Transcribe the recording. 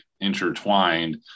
intertwined